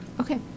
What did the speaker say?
Okay